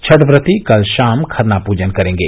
छठ व्रती कल शाम खरना पूजन करेंगे